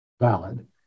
valid